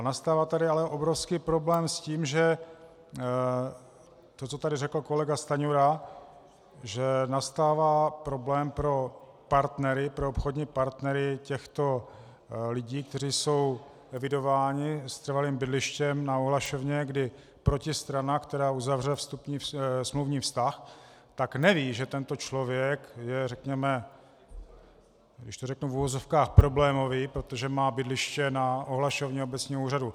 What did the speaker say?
Nastává tady ale obrovský problém s tím, že to, co tady řekl kolega Stanjura, že nastává problém pro partnery, pro obchodní partnery těchto lidí, kteří jsou evidováni s trvalým bydlištěm na ohlašovně, kdy protistrana, která uzavřela smluvní vztah, neví, že tento člověk je řekněme, když to řeknu v uvozovkách, problémový, protože má bydliště na ohlašovně obecního úřadu.